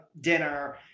dinner